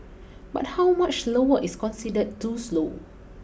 but how much slower is considered too slow